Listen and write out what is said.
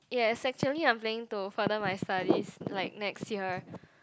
yes actually I'm planning to further my studies like next year